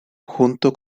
junto